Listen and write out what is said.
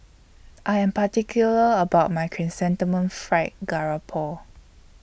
I Am particular about My Chrysanthemum Fried Garoupo